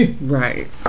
Right